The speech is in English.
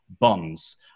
bonds